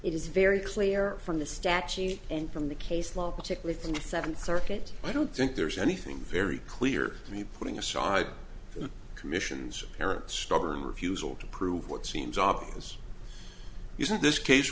is very clear from the statute and from the case law particularly in the seventh circuit i don't think there's anything very clear to me putting aside the commission's parent stubborn refusal to prove what seems obvious is that this case